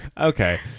Okay